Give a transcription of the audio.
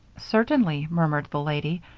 certainly, murmured the lady,